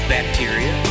Bacteria